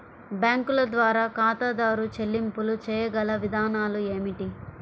బ్యాంకుల ద్వారా ఖాతాదారు చెల్లింపులు చేయగల విధానాలు ఏమిటి?